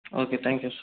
okay thank you